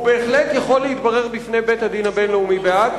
הוא בהחלט יכול להתברר בפני בית-הדין הבין-לאומי בהאג,